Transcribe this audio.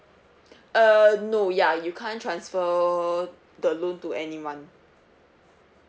err no ya you can't transfer the loan to anyone